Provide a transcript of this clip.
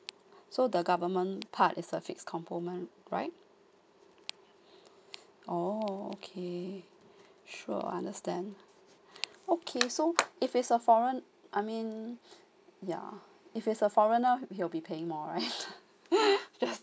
so the government part is a fixed component right oh okay sure understand okay so if it's foreign~ I mean yeah if it's a foreigner he will be paying more right just